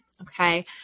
Okay